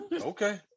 Okay